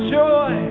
joy